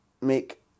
make